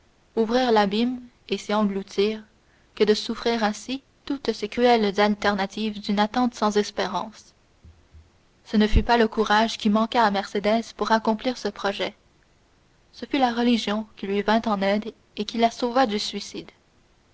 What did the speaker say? ouvrir l'abîme et s'y engloutir que de souffrir ainsi toutes ces cruelles alternatives d'une attente sans espérance ce ne fut pas le courage qui manqua à mercédès pour accomplir ce projet ce fut la religion qui lui vint en aide et qui la sauva du suicide